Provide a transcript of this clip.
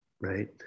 right